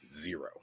Zero